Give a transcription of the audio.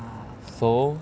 so